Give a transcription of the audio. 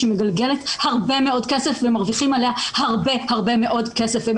שמגלגלת הרבה מאוד כסף ומרוויחים עליה הרבה מאוד כסף.